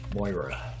Moira